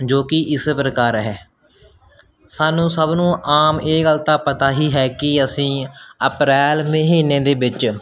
ਜੋ ਕਿ ਇਸ ਪ੍ਰਕਾਰ ਹੈ ਸਾਨੂੰ ਸਭ ਨੂੰ ਆਮ ਇਹ ਗੱਲ ਤਾਂ ਪਤਾ ਹੀ ਹੈ ਕਿ ਅਸੀਂ ਅਪ੍ਰੈਲ ਮਹੀਨੇ ਦੇ ਵਿੱਚ